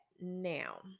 now